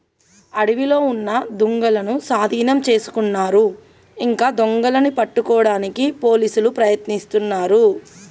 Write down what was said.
అడవిలో ఉన్న దుంగలనూ సాధీనం చేసుకున్నారు ఇంకా దొంగలని పట్టుకోడానికి పోలీసులు ప్రయత్నిస్తున్నారు